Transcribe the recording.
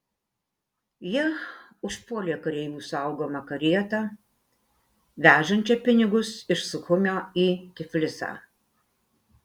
jie užpuolė kareivių saugomą karietą vežančią pinigus iš suchumio į tiflisą